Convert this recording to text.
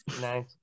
Nice